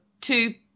two